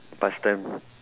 past time